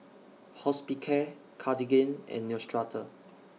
Hospicare Cartigain and Neostrata